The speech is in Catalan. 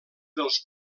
dels